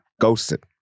ghosted